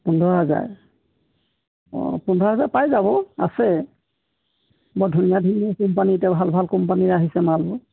পোন্ধৰ হাজাৰ অঁ পোন্ধৰ হাজাৰ পাই যাব আছে বৰ ধুনীয়া ধুনীয়া কোম্পানী এতিয়া ভাল ভাল কোম্পানী আহিছে মাল